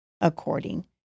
according